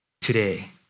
today